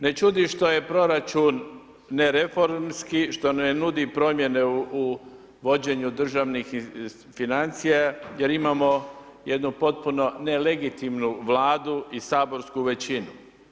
Ne čudi što je proračun ne reformski, što ne nudi promjene u vođenju državnih financija jer imamo jednu potpuno nelegitimnu Vladu i saborsku većinu.